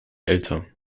älter